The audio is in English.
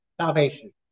salvation